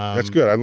um that's good,